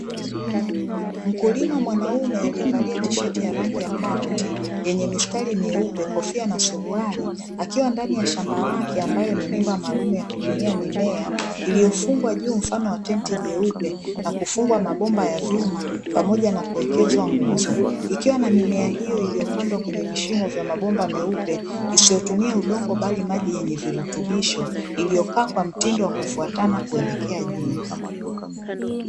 Mkulima mwanaume aliyevalia tisheti ya rangi ya karoti yenye mistari meupe, kofia na suruali, akiwa ndani ya shamba lake ambayo ni nyumba maalumu ya kulimia mimea, iliyofungwa juu mfano wa tenti jeupe na kufungwa mabomba ya vyuma pamoja na kuekezwa nguzo. Ikiwa na mimea hiyo iliyopandwa kwenye vishimo vya mabomba meupe, isiyotumia udongo bali maji yenye virutubisho, iliyokaa kwa mtindo wa kufwatana kuelekea juu.